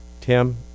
Tim